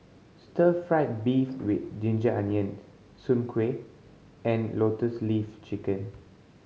stir fried beef with ginger onion soon kway and Lotus Leaf Chicken